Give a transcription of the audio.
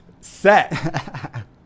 set